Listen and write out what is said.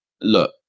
Look